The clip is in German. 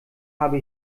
habe